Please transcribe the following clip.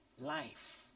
life